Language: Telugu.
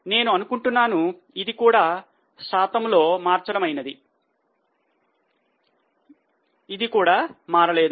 నేను అనుకుంటున్నాను ఇది కూడా శాతంలో మార్చడం ఐనది ఇది కూడా మారలేదు